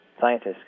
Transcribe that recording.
scientists